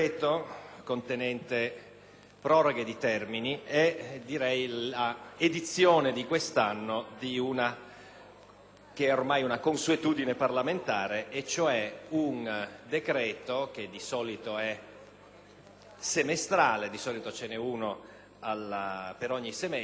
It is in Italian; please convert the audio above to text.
che ormai è una consuetudine parlamentare. È un decreto che di solito è semestrale (ve ne è, cioè, uno per ogni semestre) che provvede, appunto a prorogare alcuni termini con diverse motivazioni.